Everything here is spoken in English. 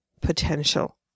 potential